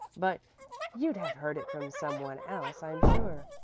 but you'd have heard it from some one else, i'm sure.